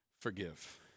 forgive